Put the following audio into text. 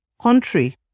country